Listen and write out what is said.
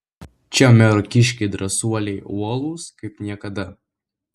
čia mero kiškiai drąsuoliai uolūs kaip niekada